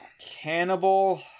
Cannibal